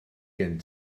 gen